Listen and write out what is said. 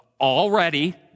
already